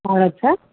వాడవచ్చా